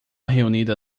reunida